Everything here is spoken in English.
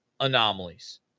anomalies